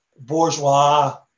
bourgeois